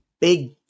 big